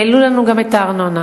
העלו לנו גם את הארנונה.